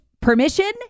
permission